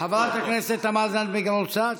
חברת הכנסת תמר זנדברג, רוצה?